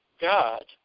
God